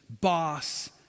boss